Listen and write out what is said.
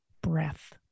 breath